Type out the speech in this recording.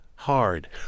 hard